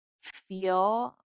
feel